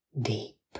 deep